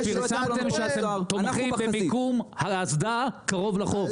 הצהרתם שאתם תומכים במיקום האסדה קרוב לחוף,